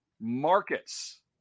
Markets